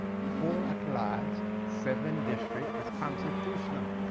four at-large, seven district, it's constitutional.